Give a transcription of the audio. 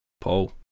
Paul